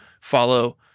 follow